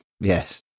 Yes